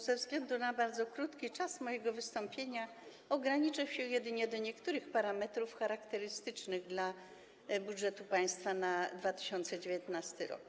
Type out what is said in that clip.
Ze względu na bardzo krótki czas mojego wystąpienia ograniczę się jedynie do niektórych parametrów charakterystycznych dla budżetu państwa na 2019 r.